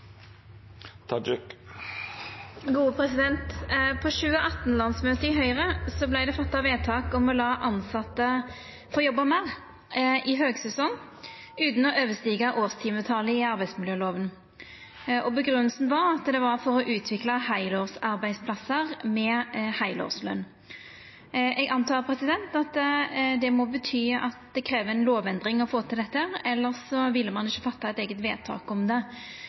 vedtak om å la tilsette få jobba meir i høgsesong, utan å overstiga årstimetalet i arbeidsmiljølova. Grunngjevinga var at ein ville utvikla heilårsarbeidsplassar med heilårsløn. Eg antek at det må bety at det krev ei lovendring å få til dette, elles ville ein ikkje gjort eit eige vedtak om det